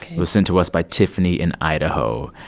it was sent to us by tiffany in idaho.